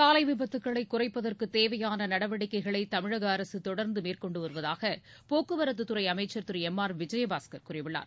சாலை விபத்துக்களை குறைப்பதற்கு தேவையான நடவடிக்கைகளை தமிழக அரசு தொடர்ந்து மேற்கொண்டு வருவதாக போக்குவரத்துறை அமைச்சர் திரு எம் ஆர் விஜயபாஸ்கர் கூறியுள்ளார்